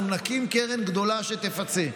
אנחנו נקים קרן גדולה שתפצה.